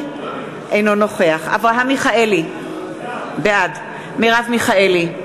אינו נוכח אברהם מיכאלי, בעד מרב מיכאלי,